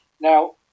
Now